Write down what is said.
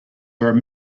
where